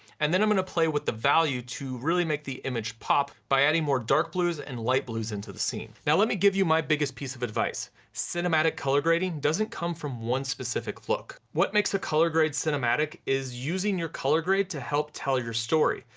and then i'm gonna play with the value to really make the image pop by adding more dark blues and light blues into the scene. now let me give you my biggest piece of advice, cinematic color grading doesn't come from one specific look. what makes a color grade cinematic is using your color grade to help tell your story.